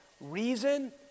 reason